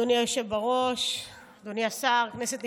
אדוני היושב-ראש, אדוני השר, כנסת נכבדה,